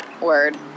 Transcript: word